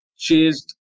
chased